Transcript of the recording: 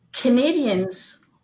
Canadians